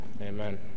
Amen